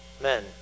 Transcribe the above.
men